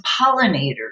pollinators